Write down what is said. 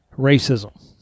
Racism